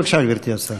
בבקשה, גברתי השרה.